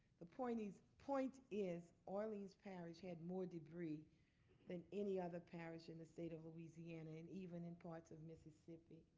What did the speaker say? the point is point is orleans parish had more debris than any other parish in the state of louisiana and even in parts of mississippi.